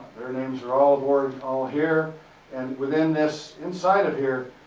their names are all are all here and within this inside of here,